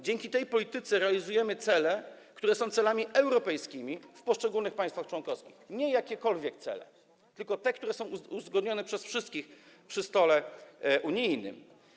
Dzięki tej polityce realizujemy cele, które są europejskimi celami w poszczególnych państwach członkowskich, nie jakiekolwiek cele, tylko te, które są uzgodnione przez wszystkich przy stole unijnym.